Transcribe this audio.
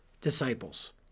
disciples